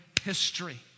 history